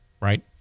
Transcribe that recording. right